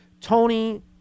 Tony